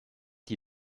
die